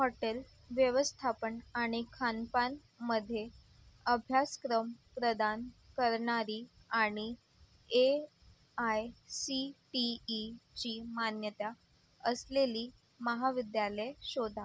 hotel व्यवस्थापन आणि खानपानामध्ये अभ्यासक्रम प्रदान करणारी आणि ए आय सी टी ईची मान्यता असलेली महाविद्यालये शोधा